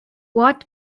what